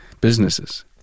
businesses